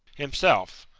himself!